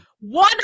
One